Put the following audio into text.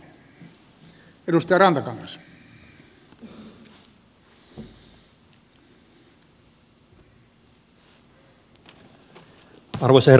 arvoisa herra puhemies